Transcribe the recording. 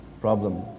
problem